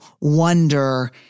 wonder